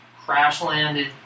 crash-landed